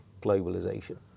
globalisation